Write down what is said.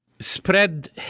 spread